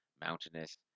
mountainous